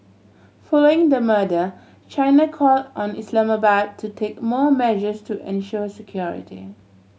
following the murder China call on Islamabad to take more measures to ensure security